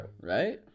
right